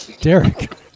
Derek